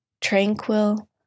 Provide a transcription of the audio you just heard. tranquil